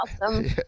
awesome